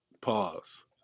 Pause